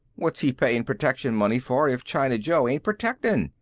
what's he paying protection money for if china joe ain't protecting?